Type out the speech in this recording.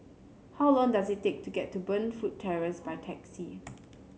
how long does it take to get to Burnfoot Terrace by taxi